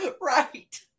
right